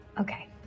Okay